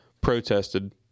protested